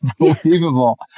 unbelievable